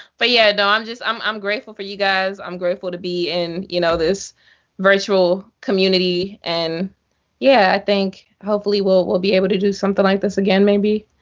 but yeah and um i'm i'm grateful for you guys. i'm grateful to be in you know this virtual community. and yeah. i think hopefully we'll we'll be able to do something like this again maybe.